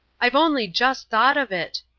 i've only just thought of it,